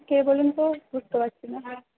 কে বলুন তো বুঝতে পারছি না